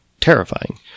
terrifying